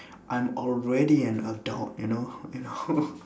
I'm already an adult you know you know